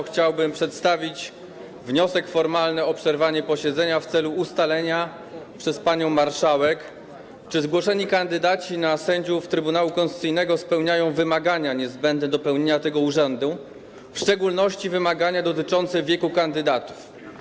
Chciałbym przedstawić wniosek formalny o przerwanie posiedzenia w celu ustalenia przez panią marszałek, czy zgłoszeni kandydaci na sędziów Trybunału Konstytucyjnego spełniają wymagania niezbędne do pełnienia tego urzędu, w szczególności wymagania dotyczące wieku kandydatów.